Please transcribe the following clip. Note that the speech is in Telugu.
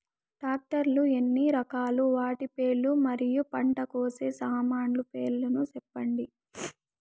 టాక్టర్ లు ఎన్ని రకాలు? వాటి పేర్లు మరియు పంట కోసే సామాన్లు పేర్లను సెప్పండి?